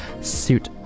suit